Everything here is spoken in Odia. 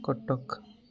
କଟକ